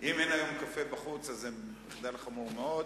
אם אין היום קפה בחוץ, אז זה מחדל חמור מאוד.